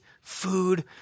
food